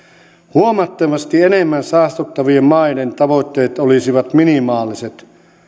huomattavasti enemmän saastuttavien maiden tavoitteet olisivat minimaaliset